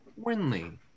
Winley